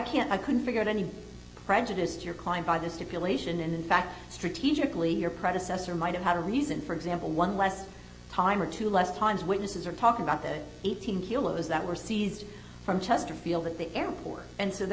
can't i can figure out any prejudice to your client by the stipulation and in fact strategically your predecessor might have had a reason for example one less time or two less times witnesses are talking about the eighteen kilos that were seized from chesterfield at the airport and so the